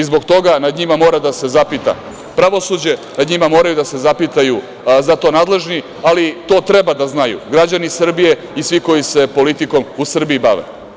Zbog toga nad njima mora da se zapita pravosuđe, nad njima moraju da se zapitaju za to nadležni, ali to treba da znaju građani Srbije i svi koji se politikom u Srbiji bave.